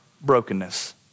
brokenness